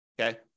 okay